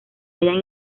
hallan